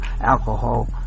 alcohol